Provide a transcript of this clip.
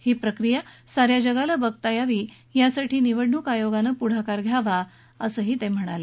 ही प्रक्रिया सा या जगाला बघता यावी यासाठी निवडणुक आयोगानं पुढाकार घ्यावा असंही ते म्हणाले